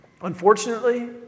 Unfortunately